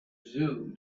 zoo